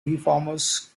reformers